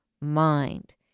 mind